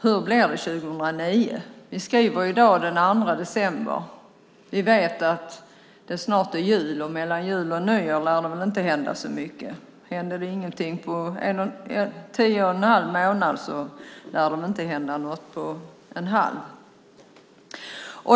Hur blir det 2009? Vi skriver i dag den 2 december. Vi vet att det snart är jul. Mellan jul och nyår lär det inte hända så mycket. Om det inte händer någonting på 10 1⁄2 månad lär det inte hända något på en halv.